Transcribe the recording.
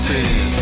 Team